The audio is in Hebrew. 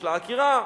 לעקירה,